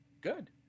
Good